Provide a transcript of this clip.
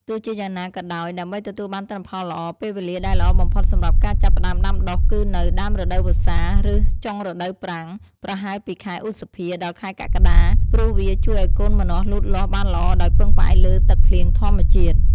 ទោះជាយ៉ាងណាក៏ដោយ ដើម្បីទទួលបានទិន្នផលល្អ ពេលវេលាដែលល្អបំផុតសម្រាប់ការចាប់ផ្តើមដាំដុះគឺនៅ ដើមរដូវវស្សា ឬ ចុងរដូវប្រាំង ប្រហែលពីខែឧសភា ដល់ខែកក្កដា ព្រោះវាជួយឲ្យកូនម្នាស់លូតលាស់បានល្អដោយពឹងផ្អែកលើទឹកភ្លៀងធម្មជាតិ។